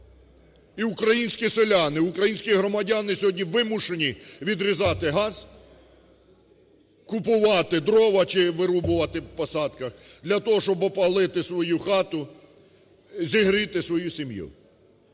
І українські селяни, українські громадяни сьогодні вимушені відрізати газ, купувати дрова чи вирубувати в посадках для того, щоб опалити свою хату, зігріти свою сім'ю.